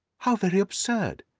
how very absurd!